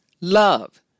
love